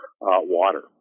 water